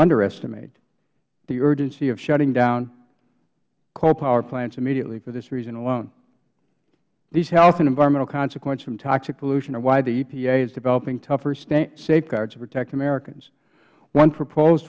underestimate the urgency of shutting down coal power plants immediately for this reason alone these health and environmental consequences from toxic pollution are why the epa is developing tougher safeguards to protect americans one proposed